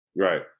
Right